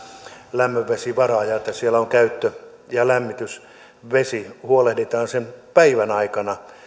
lämmönvesivaraajaan niin että siellä käyttö ja lämmitysvesi huolehditaan sen päivän aikana